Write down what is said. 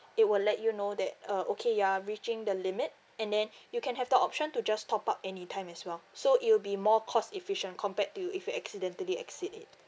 it will let you know that uh okay you're reaching the limit and then you can have the option to just top up any time as well so it will be more cost efficient compared to if you accidentally exceed it